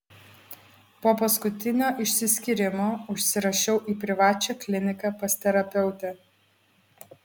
po paskutinio išsiskyrimo užsirašiau į privačią kliniką pas terapeutę